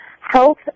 health